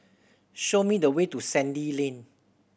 show me the way to Sandy Lane